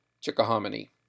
Chickahominy